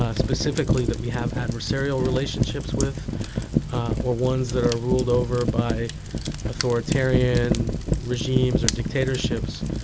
ah specifically that we have adversarial relationships with or ones that are ruled over by authoritarian regimes or dictatorships,